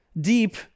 Deep